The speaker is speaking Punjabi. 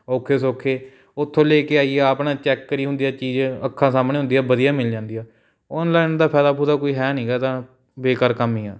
ਔਖੇ ਸੌਖੇ ਉੱਥੋਂ ਲੈ ਕੇ ਆਈਏ ਆਪਣਾ ਚੈੱਕ ਕਰੀ ਹੁੰਦੀ ਚੀਜ਼ ਅੱਖਾਂ ਸਾਹਮਣੇ ਹੁੰਦੀ ਆ ਵਧੀਆ ਮਿਲ ਜਾਂਦੀ ਆ ਓਨਲਾਈਨ ਦਾ ਫਾਈਦਾ ਫੂਦਾ ਕੋਈ ਹੈ ਨੀਗਾ ਇਹਦਾ ਬੇਕਾਰ ਕੰਮ ਹੀ ਹੈ